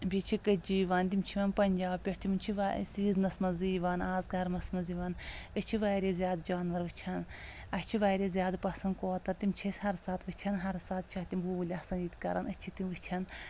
بیٚیہِ چھِ کٔتجہِ یِوان تِم چھِ یِوان پنٛجاب پٮ۪ٹھ تِم چھِ وار سیٖزنس منٛزٕے یِوان آز گرمس منٛز یِوان أسۍ چھِ واریاہ زیادٕ جانور وٕچھان اسہِ چھِ واریاہ زیادٕ پسنٛد کۄتر تِم چھِ اسہِ ہر ساتہٕ وٕچھان ہر ساتہٕ چھِ تِم بوٗلۍ آسان ییٚتہِ کران أسۍ چھِ تِم وٕچھاان